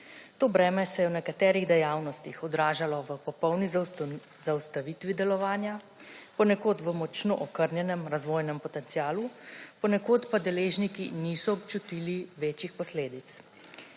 To breme se je v nekaterih dejavnostih odražalo v popolni zaustavitvi delovanja, ponekod v močno okrnjenem razvojnem potencialu, ponekod pa deležniki niso občutili večjih posledic.